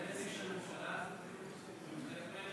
אין נציג של הממשלה?